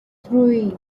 three